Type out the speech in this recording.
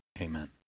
Amen